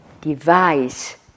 device